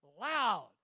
loud